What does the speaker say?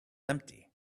empty